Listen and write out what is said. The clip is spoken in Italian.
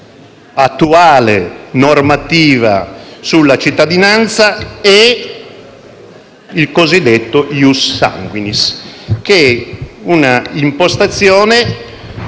nell'attuale normativa sulla cittadinanza è il cosiddetto *ius sanguinis*, che è una impostazione